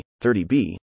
30B